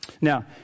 Now